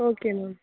okay ma'am